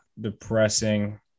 depressing